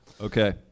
Okay